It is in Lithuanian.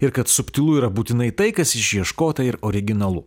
ir kad subtilu yra būtinai tai kas išieškota ir originalu